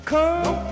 Come